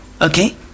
Okay